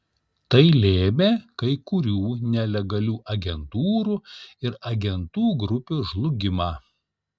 tai lėmė kai kurių nelegalių agentūrų ir agentų grupių žlugimą